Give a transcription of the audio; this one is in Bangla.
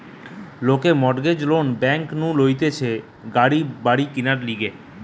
লোকে মর্টগেজ লোন ব্যাংক নু লইতেছে গাড়ি বাড়ি কিনার লিগে